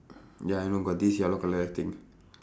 ya I know got this yellow colour thing